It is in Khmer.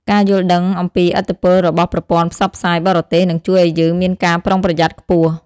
ការយល់ដឹងអំពីឥទ្ធិពលរបស់ប្រព័ន្ធផ្សព្វផ្សាយបរទេសនឹងជួយឲ្យយើងមានការប្រុងប្រយ័ត្នខ្ពស់។